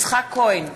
יצחק כהן,